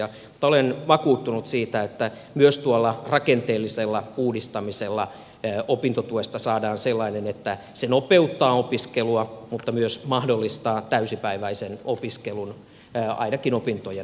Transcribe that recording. mutta olen vakuuttunut siitä että myös tuolla rakenteellisella uudistamisella opintotuesta saadaan sellainen että se nopeuttaa opiskelua mutta myös mahdollistaa täysipäiväisen opiskelun ainakin opintojen alkuvaiheessa